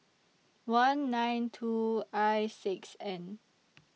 one nine two I six N